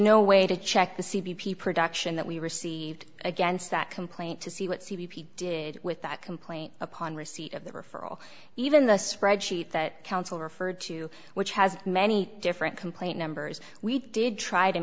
no way to check the c b p production that we received against that complaint to see what c b p did with that complaint upon receipt of the referral even the spreadsheet that counsel referred to which has many different complaint numbers we did try to